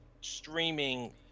streaming